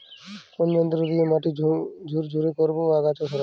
কোন যন্ত্র দিয়ে মাটি ঝুরঝুরে করব ও আগাছা সরাবো?